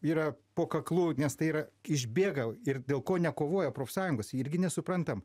yra po kaklu nes tai yra išbėga ir dėl ko nekovoja profsąjungos irgi nesuprantam